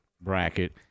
bracket